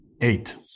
eight